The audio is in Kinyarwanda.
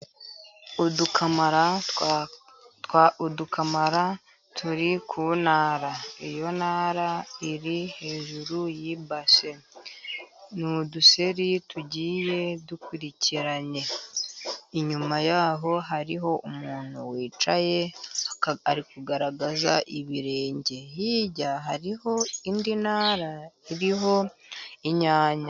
Udukamara turi ku ntara, iyo ntara iri hejuru y'ibase ni uduseri tugiye dukurikiranye. Inyuma yaho hariho umuntu wicaye ari kugaragaza ibirenge, hirya hariho indi ntara iriho inyanya.